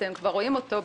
ואתם כבר רואים אותו,